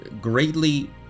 greatly